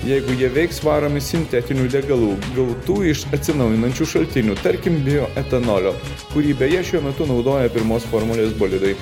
jeigu jie veiks varomi sintetinių degalų gautų iš atsinaujinančių šaltinių tarkim lioetanolio kurį beje šiuo metu naudoja pirmos formulės bolidai